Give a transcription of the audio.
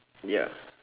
ya